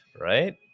right